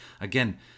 Again